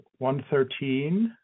113